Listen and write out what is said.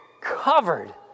covered